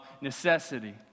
necessity